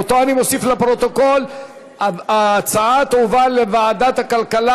קבע), התשע"ז 2017, לוועדת הכלכלה